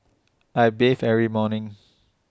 I bathe every morning